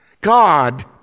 God